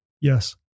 yes